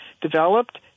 developed –